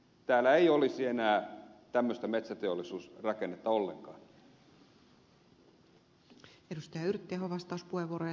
täällä ei olisi enää tämmöistä metsäteollisuusrakennetta ollenkaan